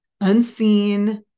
unseen